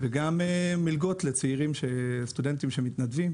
וגם מלגות לצעירים, סטודנטים שמתנדבים.